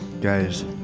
Guys